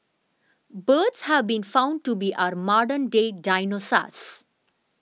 birds have been found to be our modern day dinosaurs